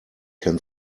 can